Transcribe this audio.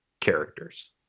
characters